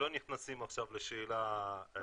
שוב, אנחנו לא נכנסים עכשיו לשאלה של האיכונים.